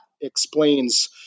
explains